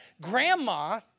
grandma